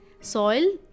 soil